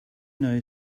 know